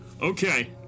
Okay